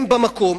הם במקום.